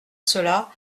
cela